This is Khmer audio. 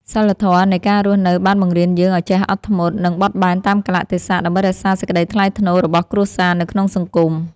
សីលធម៌នៃការរស់នៅបានបង្រៀនយើងឱ្យចេះអត់ធ្មត់ និងបត់បែនតាមកាលៈទេសៈដើម្បីរក្សាសេចក្តីថ្លៃថ្នូររបស់គ្រួសារនៅក្នុងសង្គម។